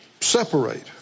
separate